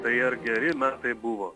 tai ar geri metai tai buvo